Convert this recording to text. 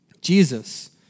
Jesus